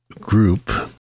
group